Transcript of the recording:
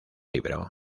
libro